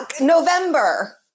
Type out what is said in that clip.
November